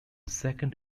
second